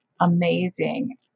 amazing